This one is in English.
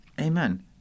amen